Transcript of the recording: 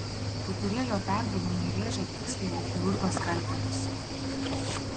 kai kurie jo perdavimai rėžė tiksliai lyg chirurgo skalpelis